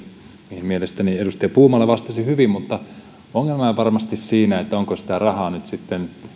mihin mielestäni edustaja puumala vastasi hyvin mutta ongelma ei ole varmasti siinä onko sitä rahaa nyt sitten